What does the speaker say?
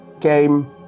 came